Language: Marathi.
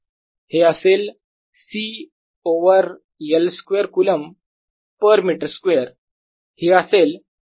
हे असेल C over L square coulomb per metre square हे असेल पोलरायझेशन डेन्सिटी Vr14π0p